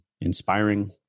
inspiring